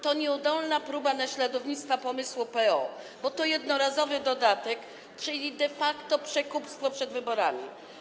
To nieudolna próba naśladownictwa pomysłu PO, bo to jednorazowy dodatek, czyli de facto przekupstwo przed wyborami.